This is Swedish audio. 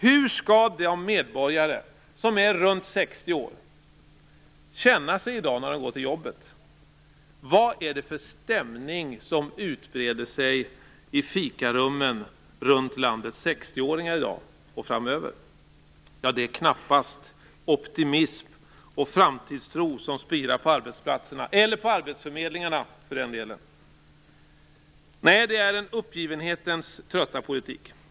Hur skall de medborgare som är runt 60 år känna sig i dag när de går till jobbet? Vad är det för stämning som utbreder sig i fikarummen runt landets 60 åringar i dag och framöver? Ja, det är knappast optimism och framtidstro som spirar på arbetsplatserna - eller på arbetsförmedlingarna, för den delen. Nej, detta är en uppgivenhetens trötta politik.